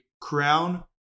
crown